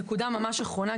נקודה ממש אחרונה,